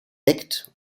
deckt